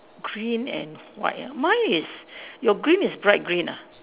green and white ah mine is your green is bright green ah